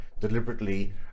deliberately